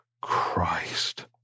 Christ